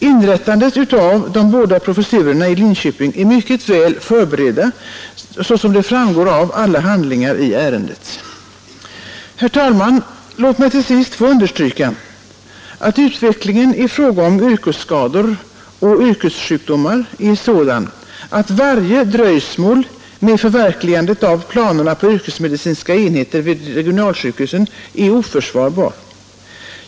Inrättandet av de båda professurerna i Linköping är mycket väl förberett såsom framgår av alla handlingar i ärendet. Herr talman! Låt mig till sist få understryka att utvecklingen i fråga om yrkesskador och yrkessjukdomar är sådan att varje dröjsmål med förverkligandet av planerna på yrkesmedicinska enheter vid regionsjukhusen är oförsvarbart.